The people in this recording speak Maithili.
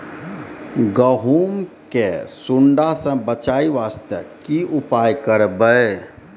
गहूम के सुंडा से बचाई वास्ते की उपाय करबै?